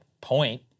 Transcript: point